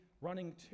running